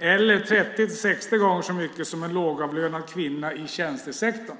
eller 30-60 gånger så mycket som för en lågavlönad kvinna i tjänstesektorn.